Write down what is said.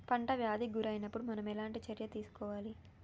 పంట వ్యాధి కి గురి అయినపుడు మనం ఎలాంటి చర్య తీసుకోవాలి?